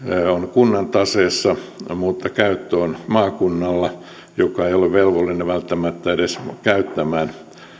kunnan taseessa mutta käyttö on maakunnalla joka ei ole velvollinen välttämättä edes käyttämään